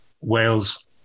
Wales